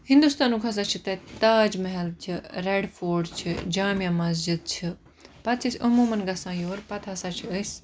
ہِندُستانُک ہَسا چھُ تَتہِ تاج محل ریٚڈ فوٹ جامع مَسجِد چھِ پَتہٕ چھِ أسۍ عموماً گَژھان یور پَتہٕ ہَسا چھِ أسۍ